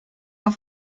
auf